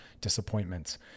disappointments